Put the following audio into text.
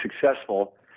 successful